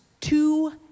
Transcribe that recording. two